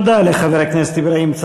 תודה לחבר הכנסת אברהים צרצור.